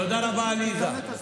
תודה רבה, עליזה.